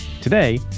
Today